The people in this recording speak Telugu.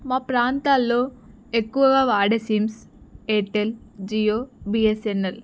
మా ప్రాంతాల్లో ఎక్కువగా వాడే సిమ్స్ ఎయిర్టెల్ జియో బిఎస్ఎన్ఎల్